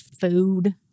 food